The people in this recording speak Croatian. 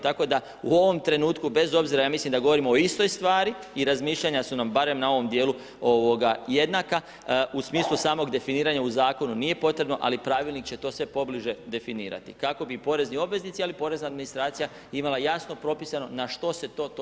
Tako da u ovom trenutku bez obzira, ja mislim da govorimo o istoj stvari i razmišljanja su nam barem na ovom dijelu jednaka u smislu samog definiranja u zakonu nije potrebno ali pravilnik će to sve pobliže definirati kako bi porezni obveznici ali i porezna administracija imala jasno propisano na što se to točno odnosi.